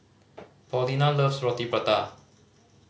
Paulina loves Roti Prata